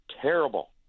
terrible